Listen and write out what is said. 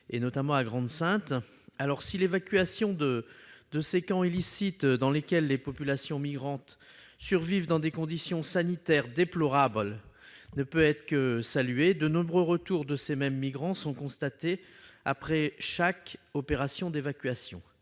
notamment à Grande-Synthe. Si l'évacuation de ces camps illicites dans lesquels les populations migrantes survivent dans des conditions sanitaires déplorables ne peut être que saluée, de nombreux retours de ces mêmes migrants sont constatés après chaque opération d'évacuation.